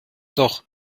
doch